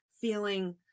feeling